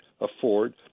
afford